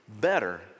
better